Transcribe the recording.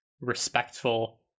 respectful